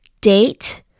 Date